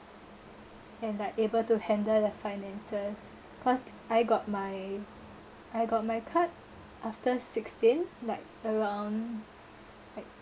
and that able to handle their finances cause I got my I got my card after sixteen like around like